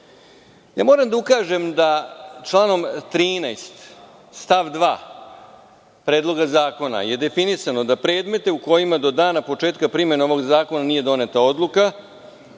da ukažem da članom 13. stav 2. Predloga zakona je definisano da predmete u kojima do dana početka primene ovog zakona nije doneta odluka,